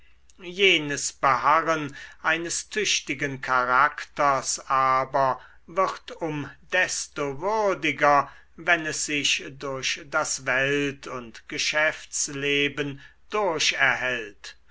jenes beharren eines tüchtigen charakters aber wird um desto würdiger wenn es sich durch das welt und geschäftsleben